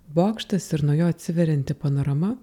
bokštas ir nuo jo atsiverianti panorama